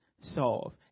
solve